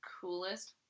coolest